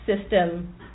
system